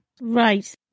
Right